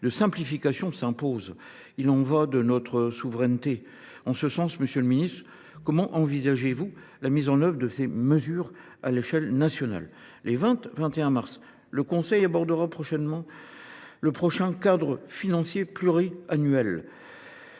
de simplification s’imposent. Il y va de notre souveraineté. En ce sens, monsieur le ministre, comment envisagez vous la mise en œuvre de ces mesures à l’échelle nationale ? Les 20 et 21 mars, le Conseil européen abordera également le prochain cadre financier pluriannuel